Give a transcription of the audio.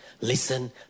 listen